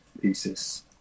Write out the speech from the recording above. pieces